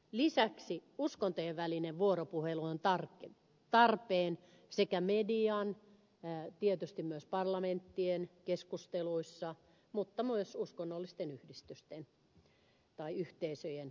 lisäksi uskontojen välinen vuoropuhelu on tarpeen sekä median tietysti myös parlamenttien keskusteluissa että myös uskonnollisten yhdistysten tai yhteisöjen kesken